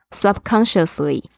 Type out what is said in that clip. subconsciously 。